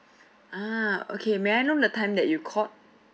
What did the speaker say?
ah okay may I know the time that you called